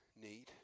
need